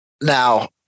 Now